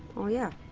yeah?